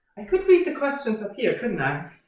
i could read the questions up here couldn't i?